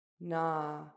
NA